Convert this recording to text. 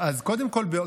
אז קודם כול,